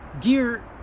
gear